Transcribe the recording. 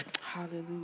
Hallelujah